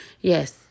yes